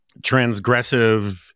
transgressive